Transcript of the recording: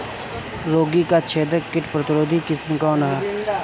रागी क छेदक किट प्रतिरोधी किस्म कौन ह?